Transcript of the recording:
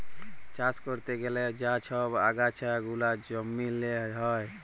চাষ ক্যরতে গ্যালে যা ছব আগাছা গুলা জমিল্লে হ্যয়